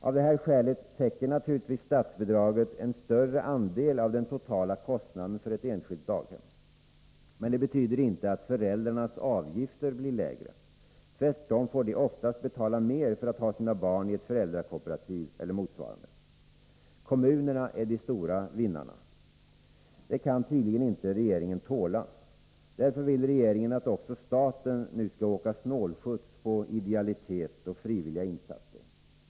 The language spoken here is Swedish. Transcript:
Av det här skälet täcker naturligtvis statsbidraget en större andel av den totala kostnaden för ett enskilt daghem. Men det betyder inte att föräldrarnas avgifter blir lägre. Tvärtom får föräldrarna oftast betala mer för att ha sina barn i ett föräldrakooperativ eller motsvarande. Kommunerna är de stora vinnarna. Det kan tydligen inte regeringen tåla. Därför vill regeringen att också staten nu skall åka snålskjuts på idealitet och frivilliga insatser.